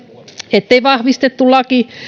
ettei vahvistettu laki